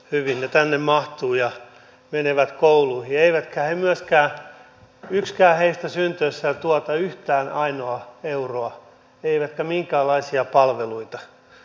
hyvin ne tänne mahtuvat ja menevät kouluihin eivätkä he myöskään yksikään heistä syntyessään tuota yhtään ainoaa euroa eivätkä minkäänlaisia palveluita